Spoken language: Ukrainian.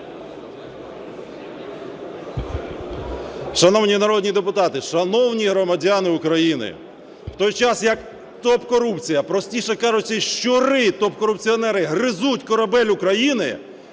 Шановні народні депутати, шановні громадяни України, в той час, як топ-корупція, простіше кажучи, щури, топ-корупціонери гризуть корабель України,